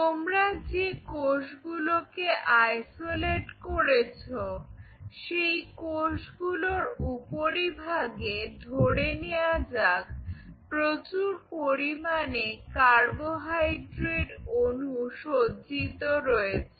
তোমরা যে কোষগুলোকে আইসোলেট করেছ সেই কোষগুলোর উপরিভাগে ধরে নেয়া যাক প্রচুর পরিমানে কার্বোহাইডেট অনু সজ্জিত রয়েছে